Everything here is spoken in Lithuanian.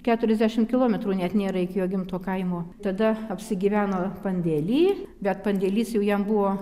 keturiasdešim kilometrų net nėra iki jo gimto kaimo tada apsigyveno pandėly bet pandėlys jau jam buvo